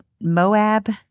Moab